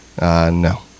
no